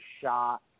shot